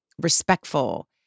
respectful